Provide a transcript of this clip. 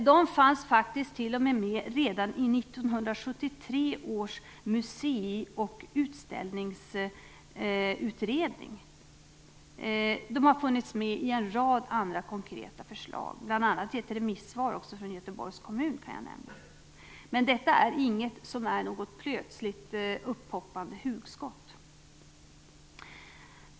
De fanns faktiskt med redan i 1973 års musei och utställningsutredning. De har funnits med i en rad andra konkreta förslag, bl.a. i ett remisssvar från Göteborgs kommun. Detta är alltså inget plötsligt upphoppande hugskott.